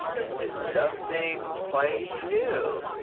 this is something quite new.